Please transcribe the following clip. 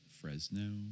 Fresno